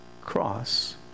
cross